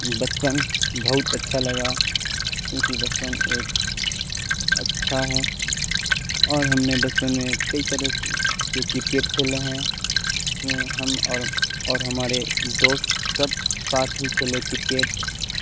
بچپن بہت اچھا لگا کیونکہ بچپن ایک اچھا ہے اور ہم نے بچپن میں کئی طرح سے کے کرکٹ کھیلے ہیں اس میں ہم اور اور ہمارے دوست سب ساتھ ہی کھیلے کرکٹ